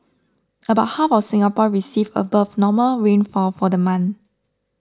about half of Singapore received above normal rainfall for the month